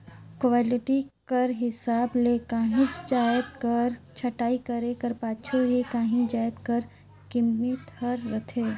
quality कर हिसाब ले काहींच जाएत कर छंटई करे कर पाछू ही काहीं जाएत कर कीमेत हर रहथे